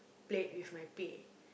played with my pay